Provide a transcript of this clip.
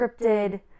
scripted